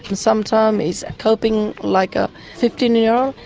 sometimes he's coping like a fifteen year